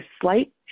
slight